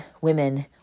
women